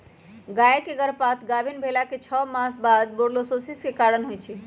गाय के गर्भपात गाभिन् भेलाके छओ मास बाद बूर्सोलोसिस के कारण होइ छइ